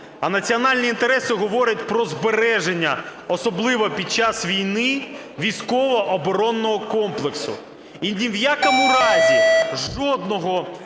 А національні інтереси говорять про збереження особливо під час війни військово-оборонного комплексу. І ні в якому разі жодного…